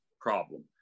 problem